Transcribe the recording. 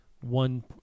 one